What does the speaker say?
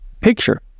picture